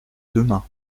demain